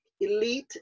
elite